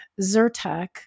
Zyrtec